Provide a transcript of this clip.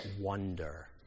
wonder